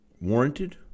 warranted